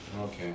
Okay